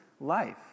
life